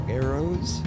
arrows